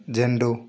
ଜେଣ୍ଡୁ